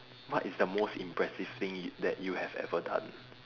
what is the most impressive thing that you have ever done